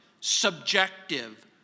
subjective